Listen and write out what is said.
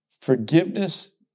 Forgiveness